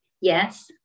Yes